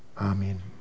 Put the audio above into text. Amen